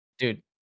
Dude